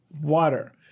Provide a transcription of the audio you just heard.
water